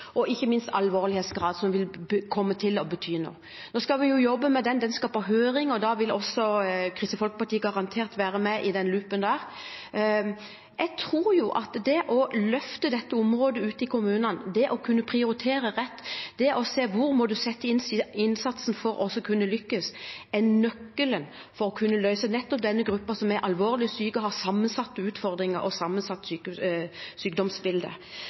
og ikke minst med alvorlighetsgrad, som vil komme til å bety noe. Nå skal vi jobbe med den. Den skal på høring. Kristelig Folkeparti vil da garantert være med i den loopen. Jeg tror at det å løfte dette området ute i kommunene, det å kunne prioritere rett og å se hvor en må sette inn innsatsen for å kunne lykkes, er nøkkelen til å kunne løse utfordringene til nettopp denne gruppen, de som er alvorlig syke, har sammensatte utfordringer og et sammensatt sykdomsbilde.